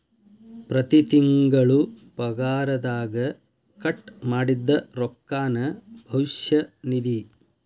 ಪ್ರತಿ ತಿಂಗಳು ಪಗಾರದಗ ಕಟ್ ಮಾಡಿದ್ದ ರೊಕ್ಕಾನ ಭವಿಷ್ಯ ನಿಧಿ